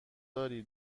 داری